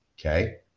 Okay